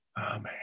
amen